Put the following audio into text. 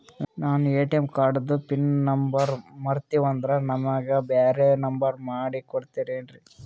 ನಾನು ಎ.ಟಿ.ಎಂ ಕಾರ್ಡಿಂದು PIN number ಮರತೀವಂದ್ರ ನಮಗ ಬ್ಯಾರೆ ನಂಬರ್ ಮಾಡಿ ಕೊಡ್ತೀರಿ?